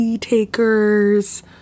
takers